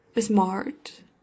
smart